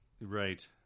Right